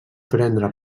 prendre